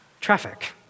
traffic